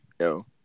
yo